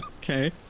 Okay